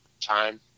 time